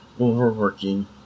overworking